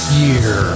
year